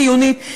חיונית.